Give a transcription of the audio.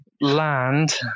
land